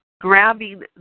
Grabbing